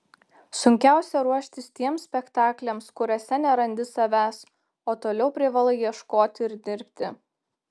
sunkiausia ruoštis tiems spektakliams kuriuose nerandi savęs o toliau privalai ieškoti ir dirbti